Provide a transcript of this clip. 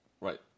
Right